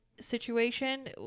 situation